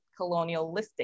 colonialistic